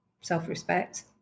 self-respect